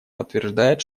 подтверждает